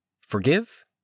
Forgive